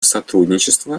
сотрудничество